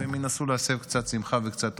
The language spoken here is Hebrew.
והם ינסו להסב קצת שמחה וקצת אושר.